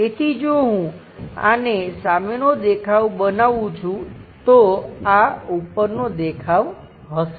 તેથી જો હું આને સામેનો દેખાવ બનાવું છું તો આ ઉપરનો દેખાવ હશે